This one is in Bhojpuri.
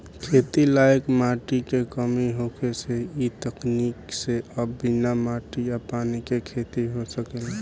खेती लायक माटी के कमी होखे से इ तकनीक से अब बिना माटी आ पानी के खेती हो सकेला